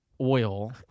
oil